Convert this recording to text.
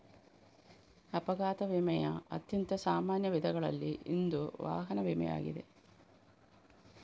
ಅಪಘಾತ ವಿಮೆಯ ಅತ್ಯಂತ ಸಾಮಾನ್ಯ ವಿಧಗಳಲ್ಲಿ ಇಂದು ವಾಹನ ವಿಮೆಯಾಗಿದೆ